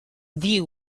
view